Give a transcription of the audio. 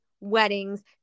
weddings